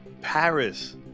Paris